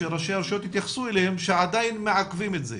שראשי הרשויות התייחסו אליהם שעדיין מעכבים את זה.